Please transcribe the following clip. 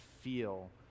feel